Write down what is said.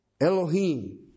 Elohim